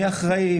מי אחראי,